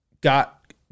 got